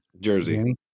Jersey